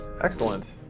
Excellent